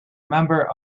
member